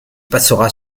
passera